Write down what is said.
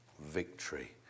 victory